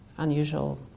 Unusual